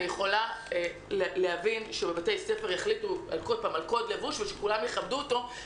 אני יכולה להבין שבבתי ספר יחליטו על קוד לבוש ושכולם יכבדו אותו,